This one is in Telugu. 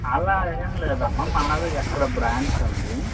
అలా ఏమి లేదమ్మ మనది అక్కడ బ్రాంచ్ ఉంది